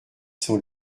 sont